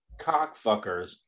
cockfuckers